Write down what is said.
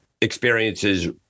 experiences